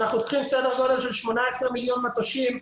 אנחנו צריכים סדר גודל של 18 מיליון מטושים,